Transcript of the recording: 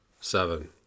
Seven